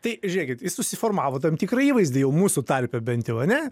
tai žiūrėkit jis susiformavo tam tikrą įvaizdį jau mūsų tarpe bent jau ane